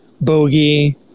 Bogey